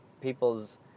people's